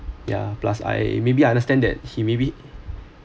yeah plus I maybe I understand that he maybe